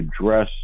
address